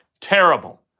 Terrible